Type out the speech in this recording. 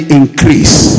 increase